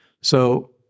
So-